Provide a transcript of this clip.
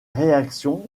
réactions